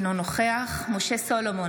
אינו נוכח משה סולומון,